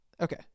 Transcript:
Okay